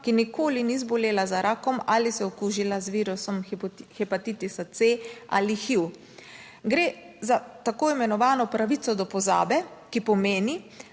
ki nikoli ni zbolela za rakom ali se okužila z virusom hepatitisa C ali HIV. Gre za tako imenovano pravico do pozabe, ki pomeni,